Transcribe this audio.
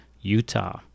Utah